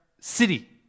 city